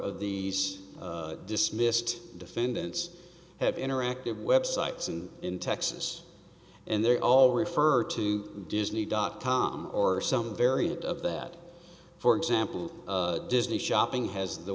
of these dismissed defendants have interactive websites and in texas and they're all refer to disney dot com or some variant of that for example disney shopping has the